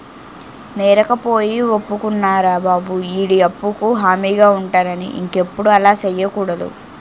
నేరకపోయి ఒప్పుకున్నారా బాబు ఈడి అప్పుకు హామీగా ఉంటానని ఇంకెప్పుడు అలా సెయ్యకూడదు